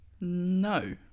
No